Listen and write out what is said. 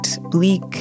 bleak